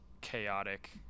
chaotic